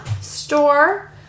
store